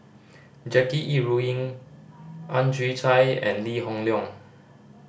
Jackie Yi Ru Ying Ang Chwee Chai and Lee Hoon Leong